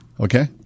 Okay